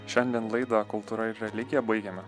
šiandien laidą kultūra ir religija baigėme